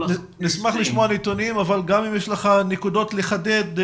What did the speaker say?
נשמח לשמוע נתונים אבל גם אם יש לך נקודות לחדד,